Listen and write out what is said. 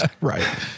Right